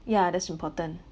yeah that's important